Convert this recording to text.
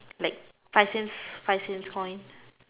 like five cents five cents coin